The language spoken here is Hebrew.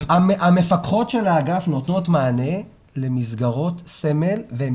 המפקחות של האגף נותנות מענה למסגרות סמל והן